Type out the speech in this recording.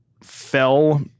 fell